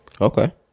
Okay